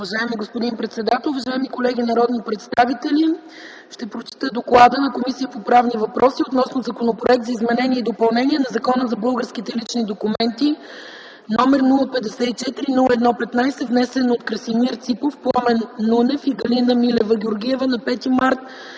Уважаеми господин председател, уважаеми колеги народни представители, ще прочета Доклада на Комисията по правни въпроси относно Законопроект за изменение и допълнение на Закона за българските лични документи № 054-01-15, внесен от Красимир Ципов, Пламен Нунев и Галина Милева-Георгиева на 5 март